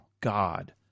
God